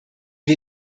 wir